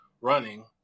running